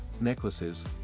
necklaces